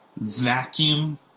vacuum